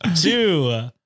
Two